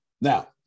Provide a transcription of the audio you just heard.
Now